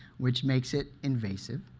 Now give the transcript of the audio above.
which makes it invasive,